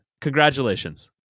congratulations